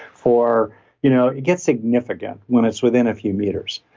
for you know it gets significant when it's within a few meters.